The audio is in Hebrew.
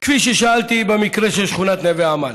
כפי ששאלתי במקרה של שכונת נווה עמל,